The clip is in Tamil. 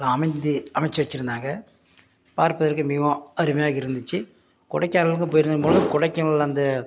அமைந்து அமைச்சி வச்சிருந்தாங்க பார்ப்பதற்கு மிகவும் அருமையாக இருந்துச்சு கொடைக்கானலுக்கும் போயிருந்த பொலுது கொடைக்கானல்ல அந்த